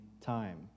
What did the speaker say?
time